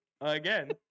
again